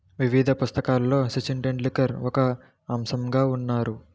వివిధ పుస్తకాలలో సచిన్ టెండూల్కర్ ఒక అంశంగా ఉన్నారు